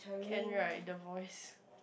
can right the voice